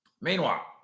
Meanwhile